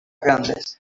grandes